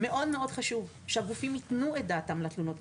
מאוד מאוד חשוב שהגופים יתנו דעתם לתלונות,